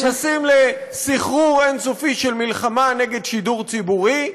נכנסים לסחרור אין-סופי של מלחמה נגד שידור ציבורי.